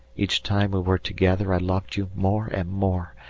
each time we were together i loved you more and more,